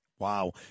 Wow